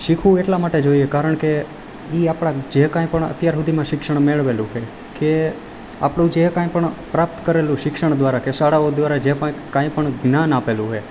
શીખવું એટલા માટે જોઈએ કારણ કે એ આપણા જે કંઈપણ અત્યારે સુધીમાં શિક્ષણ મેળવેલું હોય કે આપણું જે કાંઈ પણ પ્રાપ્ત કરેલું શિક્ષણ દ્વારા કે શાળાઓ દ્વારા જે પ કંઈપણ જ્ઞાન આપેલું છે